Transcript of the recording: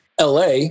LA